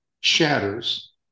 shatters